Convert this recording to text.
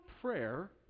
prayer